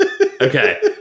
Okay